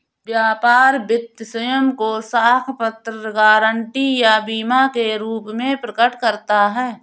व्यापार वित्त स्वयं को साख पत्र, गारंटी या बीमा के रूप में प्रकट करता है